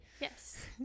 Yes